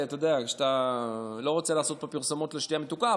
אני לא רוצה לעשות פה פרסומות למשקאות מתוקים,